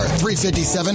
357